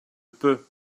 peu